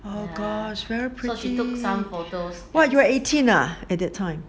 oh gosh very pretty !wow! you are eighteen ah at that time